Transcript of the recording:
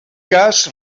cas